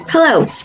Hello